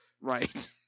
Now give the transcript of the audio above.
right